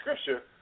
scripture